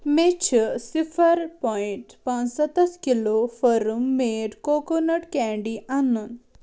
مےٚ چھُ صِفَر پوینٹ پانٛژھ سَتَتھ kilo from made coconut candy اَنُن